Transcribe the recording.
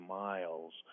miles